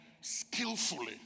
skillfully